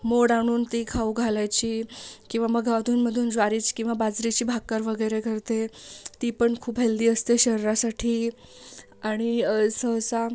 मोड आणून ती खाऊ घालायची किंवा मग अधूनमधून ज्वारीची किंवा बाजरीची भाकर वगैरे करते ती पण खूप हेल्दी असते शरीरासाठी आणि सहसा